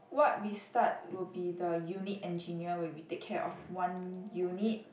what we start will be the unit engineer where we take care of one unit